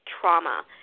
trauma